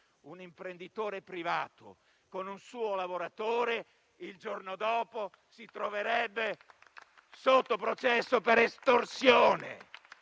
un imprenditore privato, con un suo lavoratore, il giorno dopo si troverebbe sotto processo per estorsione